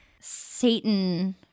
Satan